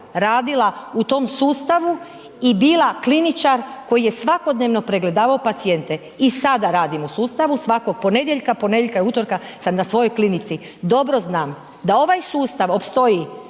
radila u tom sustavu i bila kliničar koji je svakodnevno pregledavao pacijente i sada radim u sustavu, svakog ponedjeljka, ponedjeljka i utorka sam na svojoj klinici. Dobro znam da ovaj sustav opstoji